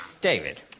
David